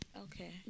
Okay